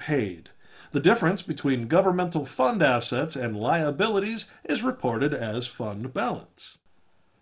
paid the difference between governmental fund assets and liabilities is reported as fund balance